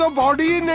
so body?